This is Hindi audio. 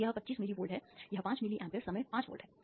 तो यह 25 मिली वोल्ट है यह 5 मिली amp समय 5 वोल्ट है